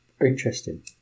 Interesting